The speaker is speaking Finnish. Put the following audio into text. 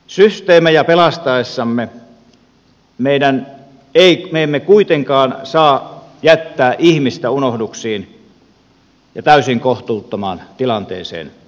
systeemejä pelastaessamme me emme kuitenkaan saa jättää ihmistä unohduksiin ja täysin kohtuuttomaan tilanteeseen